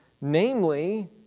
namely